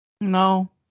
No